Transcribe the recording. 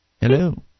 Hello